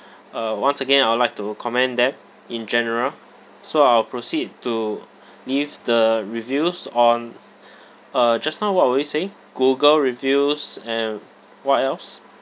uh once again I would like to commend them in general so I'll proceed to leave the reviews on uh just now what were you saying google reviews and what else